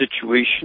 situation